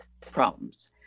problems